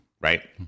Right